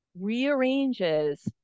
rearranges